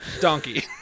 donkey